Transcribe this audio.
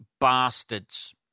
bastards